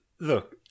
look